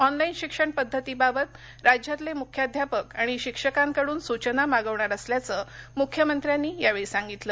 online शिक्षण पद्धतीबाबत राज्यातले मुख्याध्यापक आणि शिक्षकांकडून सूचना मागवणार असल्याचं मुख्यमंत्र्यांनी यावेळी सांगितलं